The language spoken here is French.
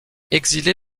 exilé